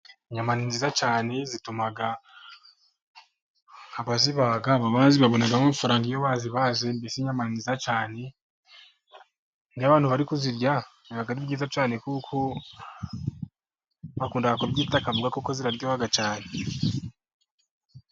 Inyama ni nziza cyane zituma abazibaga, ababazi babonamo amafaranga iyo bazibaze. Mbese inyama ni nziza cyane, iyo abantu bari kuzirya biba ari byiza cyane kuko bakunda kubyita akaboga, kuko ziraryoha cyane.